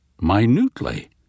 minutely